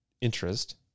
interest